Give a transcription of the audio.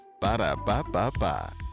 Ba-da-ba-ba-ba